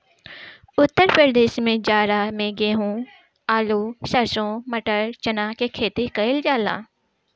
उत्तर प्रदेश में जाड़ा में गेंहू, आलू, सरसों, मटर, चना के खेती कईल जाला